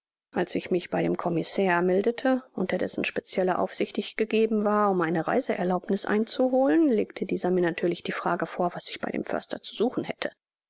als ich mich bei dem commissair meldete unter dessen specielle aufsicht ich gegeben war um eine reiseerlaubniß einzuholen legte dieser mir natürlich die frage vor was ich bei dem förster zu suchen hätte